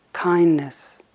kindness